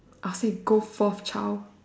ask me go fourth trial